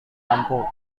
lampu